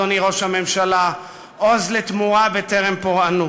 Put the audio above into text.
אדוני ראש הממשלה: עוז לתמורה בטרם פורענות.